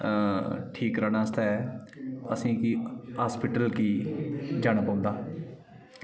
ठीक कराने आस्तै असें गी हॉस्पिटल गी जाना पौंदा हा